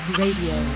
radio